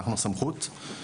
אנחנו הסמכות,